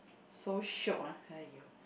so shiok ah !aiyo!